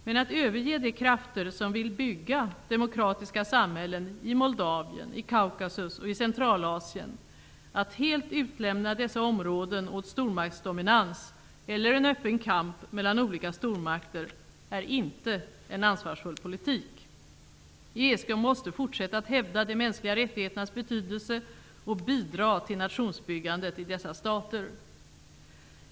Men att överge de krafter som vill bygga demokratiska samhällen i Moldavien, i Kaukasus och i Centralasien, att helt utlämna dessa områden åt stormaktsdominans eller en öppen kamp mellan olika stormakter, är inte en ansvarsfull politik. ESK måste fortsätta att hävda de mänskliga rättigheternas betydelse och bidra till nationsbyggandet i dessa stater.